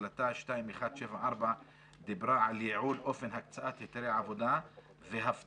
החלטה 2174 דיברה על ייעוד אופן הקצאת היתרי עבודה והבטחת